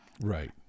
Right